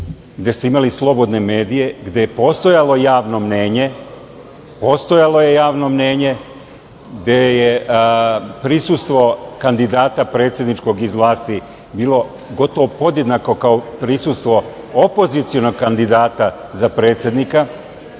gde ste imali slobodne medije, gde je postojalo javno mnjenje, postojalo je javno mnjenje, gde je prisustvo kandidata predsedničkog iz vlasti gotovo podjednako kao prisustvo opozicionog kandidata za predsednika.